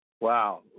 Wow